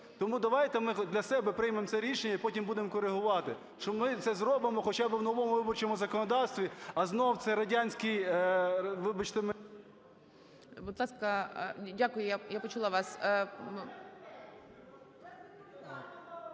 Тому давайте ми для себе приймемо це рішення і потім будемо корегувати, що ми це зробимо хоча би в новому виборчому законодавстві, а знову це радянські… ГОЛОВУЮЧИЙ.